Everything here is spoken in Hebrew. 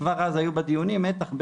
כבר אז היו בדיונים מתח,